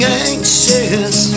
anxious